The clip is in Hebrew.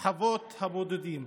חוות הבודדים.